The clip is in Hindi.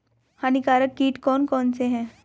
हानिकारक कीट कौन कौन से हैं?